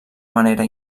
manera